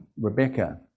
Rebecca